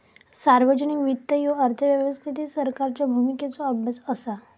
सार्वजनिक वित्त ह्यो अर्थव्यवस्थेतील सरकारच्या भूमिकेचो अभ्यास असा